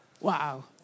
Wow